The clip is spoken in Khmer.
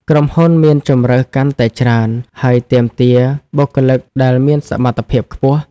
ក្រុមហ៊ុនមានជម្រើសកាន់តែច្រើន ហើយទាមទារបុគ្គលិកដែលមានសមត្ថភាពខ្ពស់។